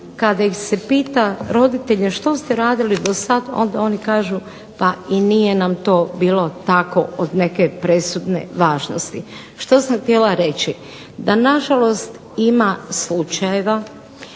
Kada se pita roditelje što ste radili do sada, onda oni kažu pa i nije nam bilo to tako od neke presudne važnosti. Što sam htjela reći? Da nažalost ima slučajeva,